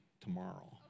tomorrow